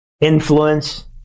influence